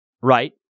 right